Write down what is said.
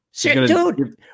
Dude